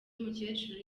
umukecuru